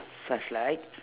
such like